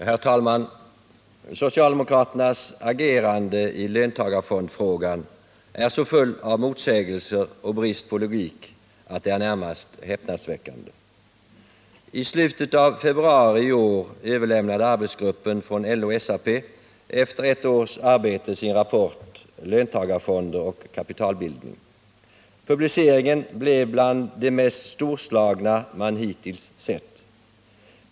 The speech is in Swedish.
Herr talman! Socialdemokraternas agerande i löntagarfondsfrågan är så fullt av motsägelser och brist på logik att det är närmast häpnadsväck I slutet av februari i år överlämnade arbetsgruppen från LO-SAP efter ett års arbete sin rapport Löntagarfonder och kapitalbildning. Publiceringen blev bland de mest storslagna man hittills sett.